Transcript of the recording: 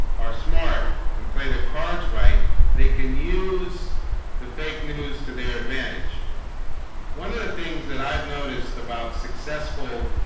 are smart and play the cards right they can use the fake news to their advantage one of the things that i've noticed about successful